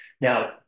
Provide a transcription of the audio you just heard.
Now